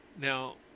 Now